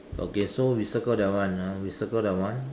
okay so we circle that one ah we circle that one